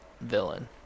villain